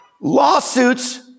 lawsuits